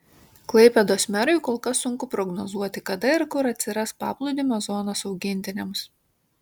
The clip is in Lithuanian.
klaipėdos merui kol kas sunku prognozuoti kada ir kur atsiras paplūdimio zonos augintiniams